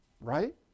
right